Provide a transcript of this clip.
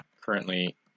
currently